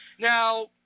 Now